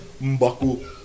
Mbaku